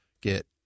get